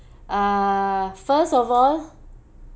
uh first of all